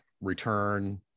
return